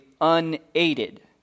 unaided